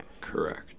Correct